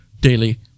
daily